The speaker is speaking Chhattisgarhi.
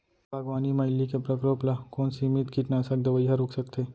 बागवानी म इल्ली के प्रकोप ल कोन सीमित कीटनाशक दवई ह रोक सकथे?